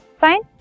Fine